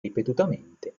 ripetutamente